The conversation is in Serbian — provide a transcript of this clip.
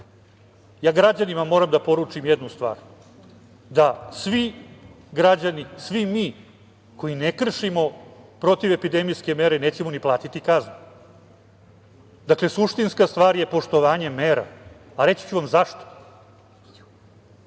ja građanima moram da poručim jednu stvar - svi mi koji ne kršimo protivepidemijske mere nećemo ni platiti kaznu. Dakle, suštinska stvar je poštovanje mera, a reći ću vam i zašto.I